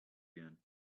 again